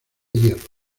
hierro